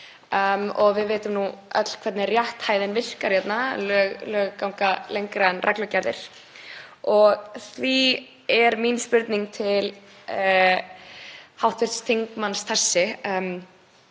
og við vitum nú öll hvernig rétthæðin virkar hérna, að lög ganga lengra en reglugerðir. Því er mín spurning til hv. þingmanns þessi: